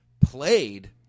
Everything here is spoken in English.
played